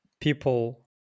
people